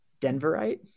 Denverite